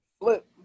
flip